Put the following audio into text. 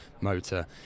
motor